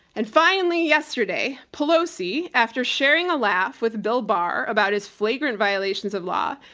and finally, yesterday, pelosi, after sharing a laugh with bill barr about his flagrant violations of law,